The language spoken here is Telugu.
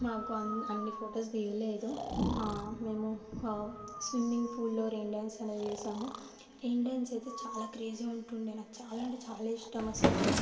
నాకు అన్ని అన్ని ఫొటోస్ తీయలేదు మేము స్విమ్మింగ్ ఫూల్లో రెయిన్ డ్యాన్స్ అలా వేసాము రెయిన్ డ్యాన్స్ అయితే చాలా క్రేజీ ఉంటుండే నాకు చాలా అంటే చాలా ఇష్టం అసలు అట్లా